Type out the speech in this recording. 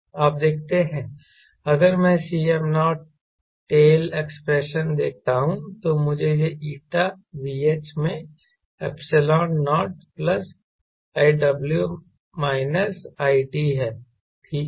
आप देखते हैं अगर मैं Cm नॉट टेल एक्सप्रेशन देखता हूं तो यह eta Vh में epsilon naught plus I w minus i t है ठीक है